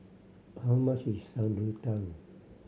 how much is Shan Rui Tang